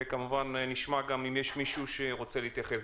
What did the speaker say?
וכמובן גם נשמע אם יש מישהו שרוצה להתייחס.